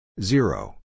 Zero